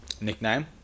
nickname